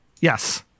Yes